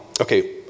okay